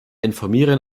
informieren